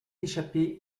échapper